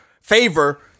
favor